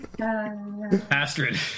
Astrid